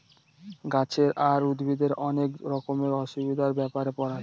গাছের আর উদ্ভিদের অনেক রকমের অসুখের ব্যাপারে পড়ায়